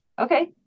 Okay